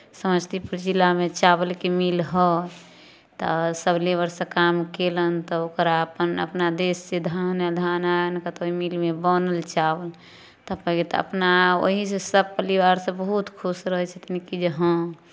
समस्तीपुर जिलामे चावलके मिल हऽ तऽ सभ लेबरसभ काम कयलनि तऽ ओकरा अपन अपना देशसँ धान आयल धान आनि कऽ तऽ ओहि मिलमे बनल चावल तब कहैए तऽ अपना ओहीसँ सभ परिवारसभ बहुत खुश रहै छथिन कि जे हँ